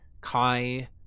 Kai